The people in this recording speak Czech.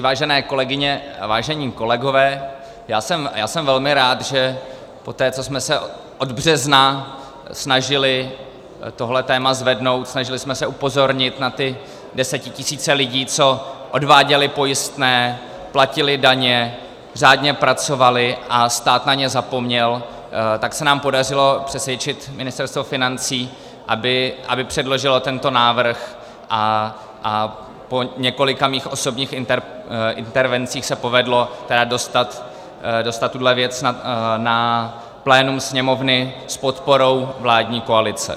Vážené kolegyně a vážení kolegové, já jsem velmi rád, že poté, co jsme se od března snažili tohle téma zvednout, snažili jsme se upozornit na ty desetitisíce lidí, co odváděli pojistné, platili daně, řádně pracovali, a stát na ně zapomněl, tak se nám podařilo přesvědčit Ministerstvo financí, aby předložilo tento návrh, a po několika mých osobních intervencích se povedlo dostat tuhle věc na plénum Sněmovny s podporou vládní koalice.